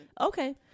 Okay